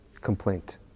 complaint